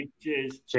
Cheers